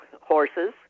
horses